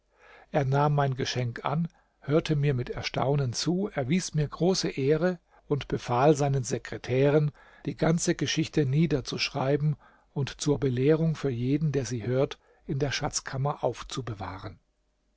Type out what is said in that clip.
er nahm mein geschenk an hörte mir mit erstaunen zu erwies mir große ehre und befahl seinen sekretären die ganze geschichte niederzuschreiben und zur belehrung für jeden der sie hört in der schatzkammer aufzubewahren